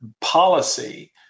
policy